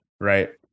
Right